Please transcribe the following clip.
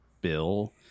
bill